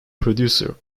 producer